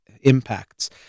impacts